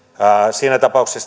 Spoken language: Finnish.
siinä tapauksessa